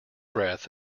breath